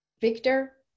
Victor